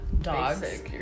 dogs